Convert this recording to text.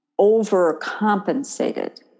overcompensated